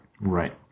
Right